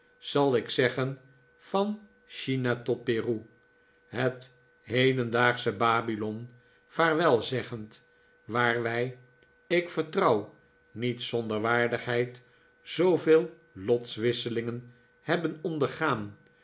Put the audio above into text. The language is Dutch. zal ik zeggen van china tot peru het hedendaagsche babylon vaarwel zeggend waar wij ik vertrouw niet zonder waardigheid zooveel lotswisselingen hebben ondergaan